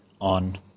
on